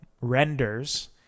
renders